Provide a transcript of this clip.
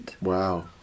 Wow